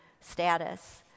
status